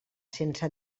sense